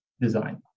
design